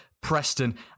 Preston